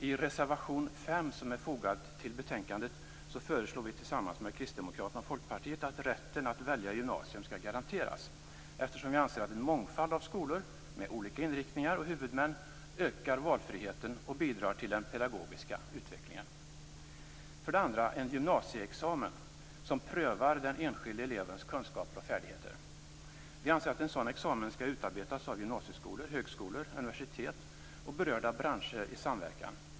I reservation 5 som är fogad till betänkandet föreslår vi tillsammans med Kristdemokraterna och Folkpartiet att rätten att välja gymnasium skall garanteras, eftersom vi anser att en mångfald av skolor med olika inriktningar och huvudmän ökar valfriheten och bidrar till den pedagogiska utvecklingen. För det andra skall det vara en gymnasieexamen som prövar den enskilde elevens kunskaper och färdigheter. Vi anser att en sådan examen skall utarbetas av gymnasieskolor, högskolor, universitet och berörda branscher i samverkan.